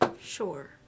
Sure